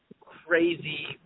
crazy